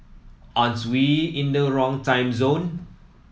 aren't we in the wrong time zone